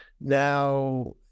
Now